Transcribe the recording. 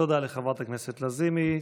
תודה לחברת הכנסת לזימי.